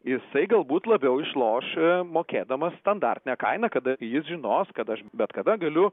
jisai galbūt labiau išloš mokėdamas standartinę kainą kada jis žinos kad aš bet kada galiu